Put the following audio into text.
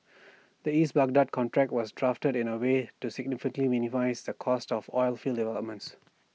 the east Baghdad contract was drafted in A way to significantly minimise the cost of oilfield developments